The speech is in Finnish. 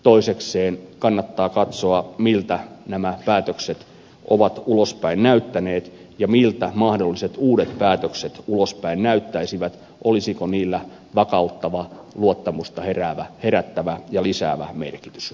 toisekseen kannattaa katsoa miltä nämä päätökset ovat ulospäin näyttäneet ja miltä mahdolliset uudet päätökset ulospäin näyttäisivät olisiko niillä vakauttava luottamusta herättävä ja lisäävä merkitys